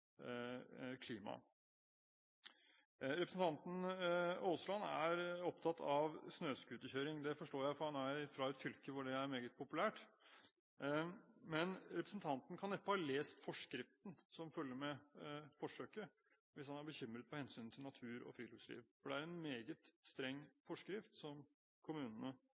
Representanten Aasland er opptatt av snøscooterkjøring. Det forstår jeg, fordi han er fra et fylke hvor det er meget populært. Men representanten kan neppe ha lest forskriften som følger med forsøket hvis han er bekymret for hensynet til natur og friluftsliv. Det er en meget streng forskrift som kommunene